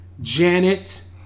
Janet